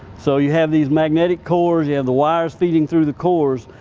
so you have these magnetic cores, you have the wires feeding through the cores,